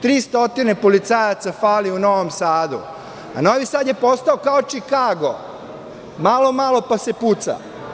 Trista policajaca fali u Novom Sadu, a Novi Sad je postao kao Čikago, malo, malo pa se puca.